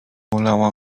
bolała